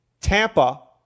Tampa